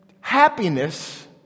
happiness